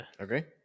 Okay